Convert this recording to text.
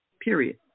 period